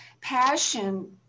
passion